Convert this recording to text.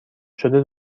شده